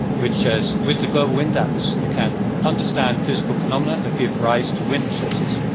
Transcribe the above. which is, with the global wind atlas, you can understand physical phenomena that give rise to wind resources.